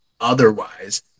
otherwise